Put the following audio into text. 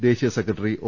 ദേശീയ secretary O